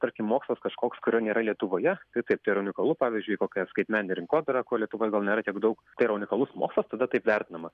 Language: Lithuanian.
tarkim mokslas kažkoks kurio nėra lietuvoje tai taip tai yra unikalu pavyzdžiui kokia skaitmeninė rinkodara ko lietuvoj gal nėra tiek daug tai yra unikalus mokslas tada taip vertinamas